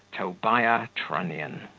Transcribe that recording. tobiah trunnion.